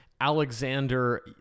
Alexander